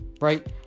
right